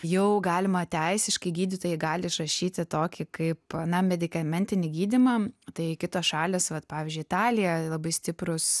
jau galima teisiškai gydytojai gali išrašyti tokį kaip na medikamentinį gydymą tai kitos šalys vat pavyzdžiui italija labai stiprūs